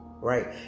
right